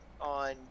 on